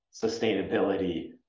sustainability